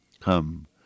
Come